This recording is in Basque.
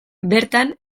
bertan